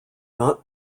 not